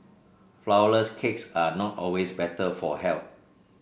flourless cakes are not always better for health